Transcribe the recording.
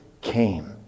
came